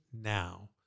now